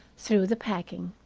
through the packing,